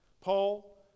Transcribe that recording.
Paul